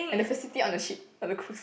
and the facility on the ship on the cruise